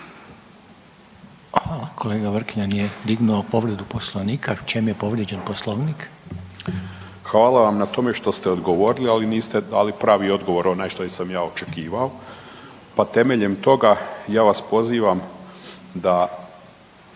Hvala. Kolega Vrkljan je dignuo povredu poslovnika. U čemu je povrijeđen poslovnik? **Vrkljan, Milan (Nezavisni)** Hvala vam na tome što ste odgovorili, ali niste dali pravi odgovor onaj što sam ja očekivao, pa temeljem toga ja vas pozivam da